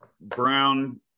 brown